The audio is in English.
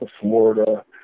Florida